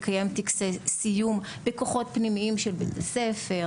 לקיים טקסי סיום בכוחות פנימיים של בתי הספר,